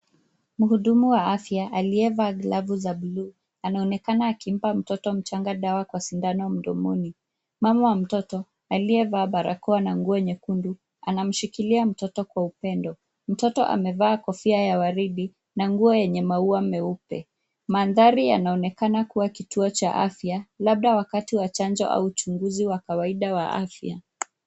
Mhudumu wa afya aliyevaa glavu za buluu anaonekana akimpa mtoto mchanga dawa kwa sindano mdomoni. Mama wa mtoto aliyevaa barakoa na nguo nyekundu anashikilia mtoto kwa upendo. Mtoto amevaa kofia ya waridi na nguo yenye maua meupe. Mandhari yanaonekana kuwa kituo cha afya, labda wakati wa chanjo au uchunguzi wa kawaida wa afya.